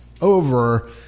over